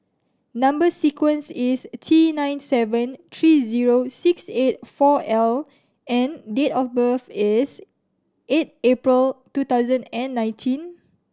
number sequence is T nine seven three zero six eight four L and date of birth is eight April two thousand and nineteen